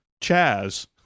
Chaz